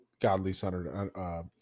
godly-centered